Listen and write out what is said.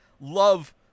love